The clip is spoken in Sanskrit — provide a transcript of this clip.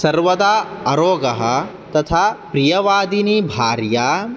सर्वदा अरोगः तथा प्रियवादिनी भार्या